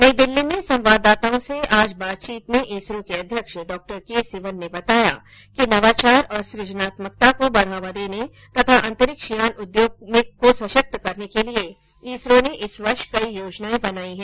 नई दिल्ली में संवाददाताओं से आज बातचीत में इसरो के अध्यक्ष डॉ के सिवन ने बताया कि नवाचार और सुजनात्मकता को बढ़ावा देने तथा अंतरिक्ष यान उद्योग को सशक्त करने के लिए इसरो ने इस वर्ष कई योजनाए बनाई हैं